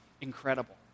incredible